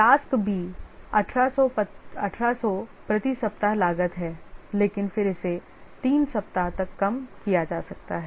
task B 1800 प्रति सप्ताह लागत है लेकिन फिर इसे 3 सप्ताह तक कम किया जा सकता है